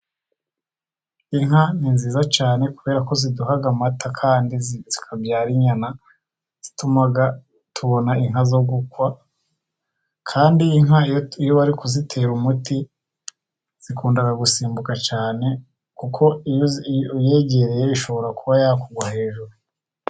Inka ni nziza cyane kuberako ziduha amata, kandi zikabyara inyana zituma tubona inka zo gukwa, kandi inka iyo iyo bari kuzitera umuti zikunda gusimbuka cyane, kuko uyegereye ishobora kuba yakugwa hejuru.